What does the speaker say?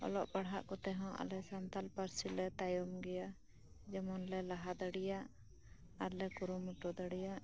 ᱚᱞᱚᱜ ᱯᱟᱲᱦᱟᱜ ᱠᱚᱛᱮ ᱦᱚᱸ ᱟᱞᱮ ᱥᱟᱱᱛᱟᱞ ᱯᱟᱹᱨᱥᱤ ᱞᱮ ᱛᱟᱭᱚᱢ ᱜᱮᱭᱟ ᱡᱮᱢᱚᱱ ᱞᱮ ᱞᱟᱦᱟ ᱫᱟᱲᱮᱭᱟᱜ ᱟᱨᱞᱮ ᱠᱩᱨᱩᱢᱩᱴᱩ ᱫᱟᱲᱮᱭᱟᱜ